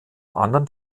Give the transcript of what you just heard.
anderen